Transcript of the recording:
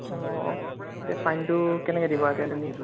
অঁ অঁ এতিয়া ফাইনটো কেনেকে দিবা এতিয়া তুমি